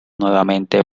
nuevamente